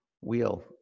Wheel